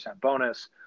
bonus